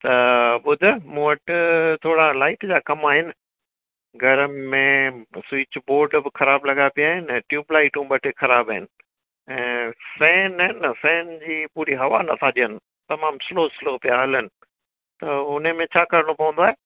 त ॿुध मूं वटि थोरा लाइट जा कम आहिनि घर में स्वीच बोर्ड बि ख़राबु लॻा पिया आहिनि ऐं ट्यूब लाइटूं ॿ टे ख़राबु आहिनि ऐं फ़ेन आहे न फ़ेन जी पूरी हवा नथा ॾियनि तमामु स्लो स्लो पिया हलनि त हुनमें छा करिणो पवंदो आहे